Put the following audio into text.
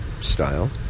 style